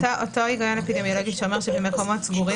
אותו היגיון אפידמיולוגי שאומר שבמקומות סגורים